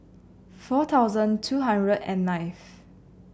four thousand two hundred and ninth